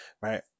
right